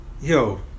Yo